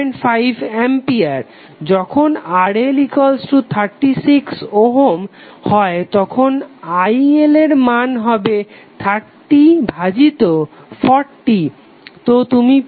যখন RL 36 ohm হয় তখন IL এর মান হবে 30 ভাজিত 40 তো তুমি পাবে 075A